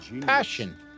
passion